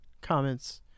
comments